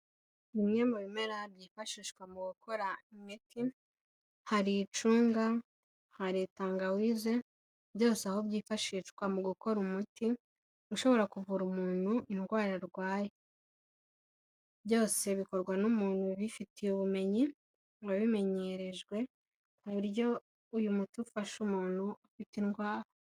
Bimwe mu bimera byifashishwa mu gukora imiti hari icunga, hari tangawise byose aho byifashishwa mu gukora umuti ushobora kuvura umuntu indwa arwaye, byose bikorwa n'umuntu ubifitiye ubumenyi wabimenyerejwe ku buryo uyu muti ufasha umuntu ufite indwara.